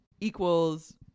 equals